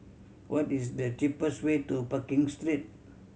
what is the cheapest way to Pekin Street